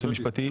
דבר שני,